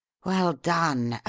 well done,